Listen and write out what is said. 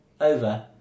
over